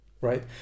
right